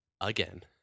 again